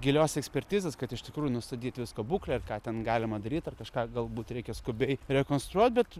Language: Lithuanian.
gilios ekspertizės kad iš tikrųjų nustatyt visko būklę ir ką ten galima daryt ar kažką galbūt reikia skubiai rekonstruot bet